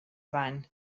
fun